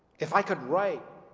if i could write,